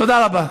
תודה רבה.